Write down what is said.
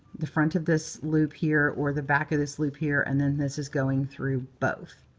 the front of this loop here, or the back of this loop here, and then this is going through both.